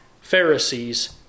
Pharisees